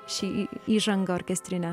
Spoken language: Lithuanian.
ši įžanga orkestrinė